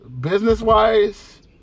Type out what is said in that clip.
business-wise